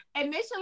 Initially